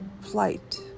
flight